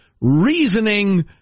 reasoning